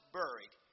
buried